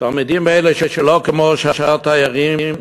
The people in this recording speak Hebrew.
תלמידים אלה, שלא כמו שאר התיירים,